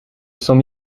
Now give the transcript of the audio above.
cent